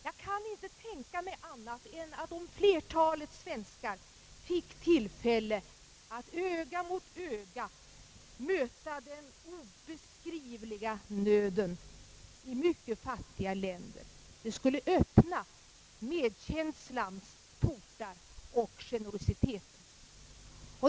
Jag kan inte tänka mig annat än att om flertalet svenskar fick tillfälle att öga mot öga möta den obeskrivliga nöden i mycket fattiga länder skulle de öppna medkänslans portar och generositetens.